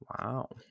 wow